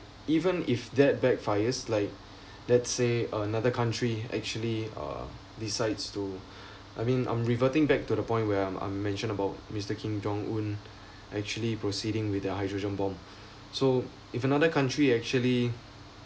even if that backfires like let's say uh another country actually uh besides to I mean I'm reverting back to the point where I'm I mention about mister kim jong un actually proceeding with a hydrogen bomb so if another country actually